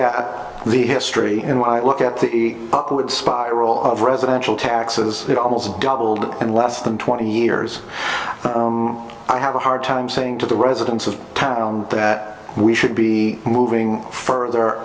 at the history and when i look at the upward spiral of residential taxes almost doubled in less than twenty years i have a hard time saying to the residents of town that we should be moving further